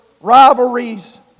rivalries